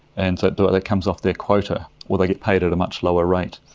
and so that comes off their quota or they get paid at a much lower rate.